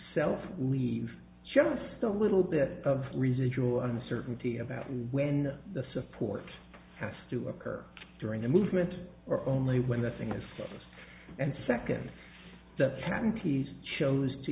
self leave just a little bit of residual uncertainty about when the support has to occur during the movement or only when the thing is stopped and second